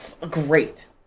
great